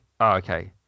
Okay